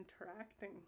interacting